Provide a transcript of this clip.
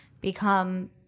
become